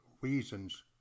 reasons